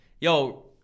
Yo